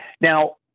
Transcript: Now